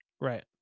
Right